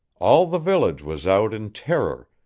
all the village was out in terror,